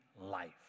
life